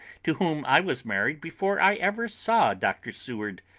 to whom i was married before i ever saw dr. seward,